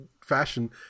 fashion